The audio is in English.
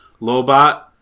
Lobot